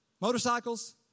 motorcycles